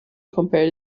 compared